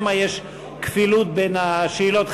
שמא יש כפילות בשאלות.